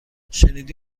شنیدی